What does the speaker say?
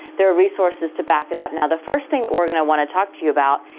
there're resources to back it up. now the first thing that we're gonna want to talk to you about,